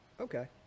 Okay